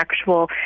actual